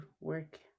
work